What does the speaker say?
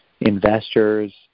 investors